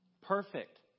Perfect